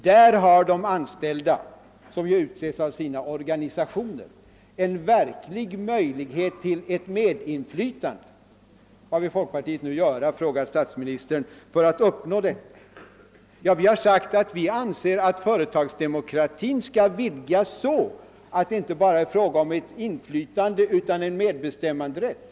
Där har de anställda, vilkas representanter ju utses av deras organisationer, en verklig möjlighet till medinflytande. Vad vill folkpartiet nu göra, frågar statsministern, för att uppnå detta? Vi har sagt att vi anser att företagsdemokratin skall vidgas så att det inte bara är fråga om ett inflytande utan om en medbestämmanderätt.